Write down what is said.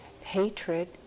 hatred